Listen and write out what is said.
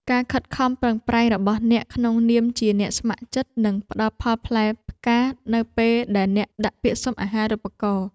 ការខិតខំប្រឹងប្រែងរបស់អ្នកក្នុងនាមជាអ្នកស្ម័គ្រចិត្តនឹងផ្តល់ផលផ្លែផ្កានៅពេលអ្នកដាក់ពាក្យសុំអាហារូបករណ៍។